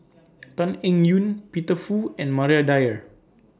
Tan Eng Yoon Peter Fu and Maria Dyer